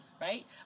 right